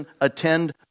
attend